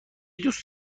دوست